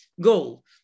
goal